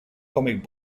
comic